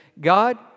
God